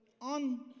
on